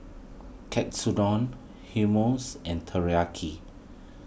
Katsudon Hummus and Teriyaki